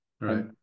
right